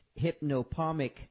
hypnopomic